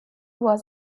was